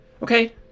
Okay